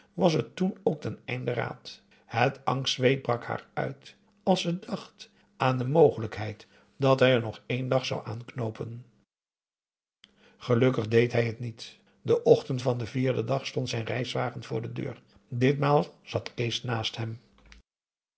was ze toen ook ten einde raad het angstzweet brak haar uit als ze dacht aan de mogelijkheid dat hij er nog één dag zou aanknoopen gelukkig deed hij het niet den ochtend van den vierden dag stond zijn reiswagen voor de deur ditmaal zat kees naast hem